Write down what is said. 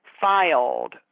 filed